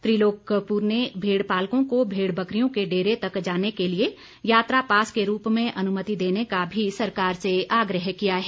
त्रिलोक कपूर ने भेड़ पालकों को भेड़ बकरियों के डेरे तक जाने के लिए यात्रा पास के रूप में अनुमति देने का भी सरकार से आग्रह किया है